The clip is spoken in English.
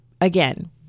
again